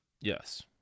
Yes